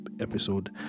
episode